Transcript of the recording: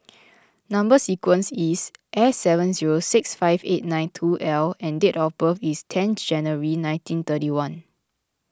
Number Sequence is S seven zero six five eight nine two L and date of birth is ten January nineteen thirty one